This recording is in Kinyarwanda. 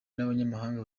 n’abanyamahanga